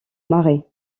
marais